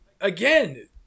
Again